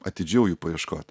atidžiau jų paieškot